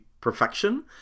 perfection